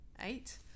eight